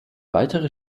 weitere